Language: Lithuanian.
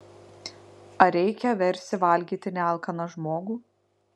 ar reikia versti valgyti nealkaną žmogų